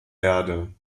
erde